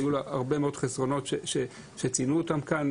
היו לה הרבה מאוד חסרונות שציינו אותם כאן.